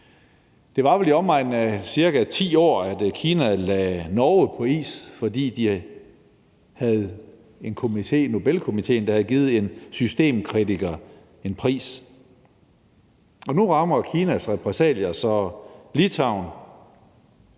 Det var vel i omegnen af 10 år, at Kina lagde Norge på is, fordi de havde en komité, Nobelkomiteen, der havde givet en systemkritiker en pris. Nu rammer Kinas repressalier så Litauen,